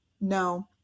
no